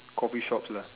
coffee shops lah